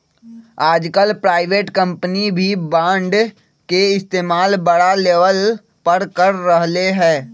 आजकल private company भी bond के इस्तेमाल बड़ा लेवल पर कर रहले है